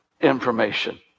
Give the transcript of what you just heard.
information